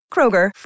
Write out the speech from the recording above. Kroger